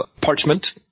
parchment